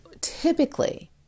typically